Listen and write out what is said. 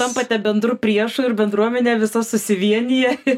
tampate bendru priešu ir bendruomenė visa susivienija ir